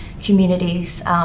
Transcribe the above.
communities